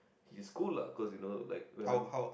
he is cool lah cause you know like when I'm